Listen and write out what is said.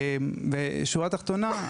בשורה התחתונה,